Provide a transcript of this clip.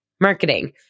marketing